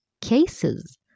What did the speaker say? cases